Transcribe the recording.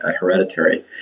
hereditary